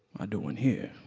are doing here.